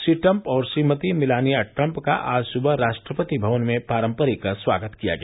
Shri Trump और Shrimati Melania Trump का आज सुबह राष्ट्रपति भवन में पारंपरिक स्वागत किया गया